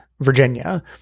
Virginia